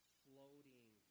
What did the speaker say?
floating